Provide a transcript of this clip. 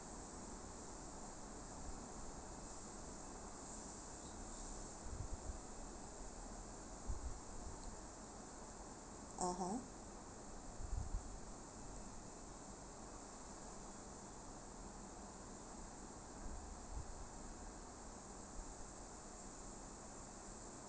(uh huh)